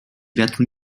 wiatru